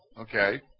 Okay